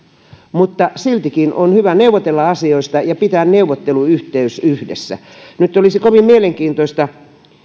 mutta siltikin on hyvä neuvotella asioista ja pitää neuvotteluyhteys nyt olisi kovin mielenkiintoista